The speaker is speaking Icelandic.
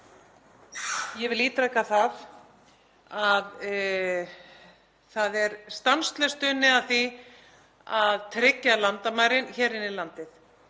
Ég vil ítreka að það er stanslaust unnið að því að tryggja landamærin inn í landið.